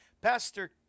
Pastor